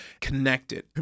connected